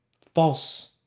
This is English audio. false